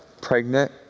pregnant